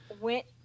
went